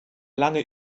lange